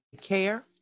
care